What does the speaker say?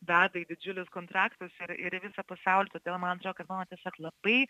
veda į didžiulius kontraktus ir ir į visą pasaulį todėl man atrodo kad mano tiesiog labai